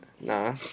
Nah